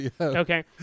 Okay